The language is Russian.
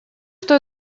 что